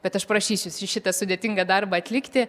bet aš prašysiu šitą sudėtingą darbą atlikti